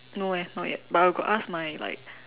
no eh not yet but I got ask my like